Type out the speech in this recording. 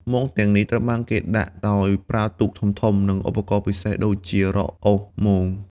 មងទាំងនេះត្រូវបានគេដាក់ដោយប្រើទូកធំៗ និងឧបករណ៍ពិសេសដូចជារ៉កអូសមង។